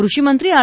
કૃષિ મંત્રી આર